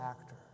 actor